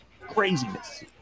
Craziness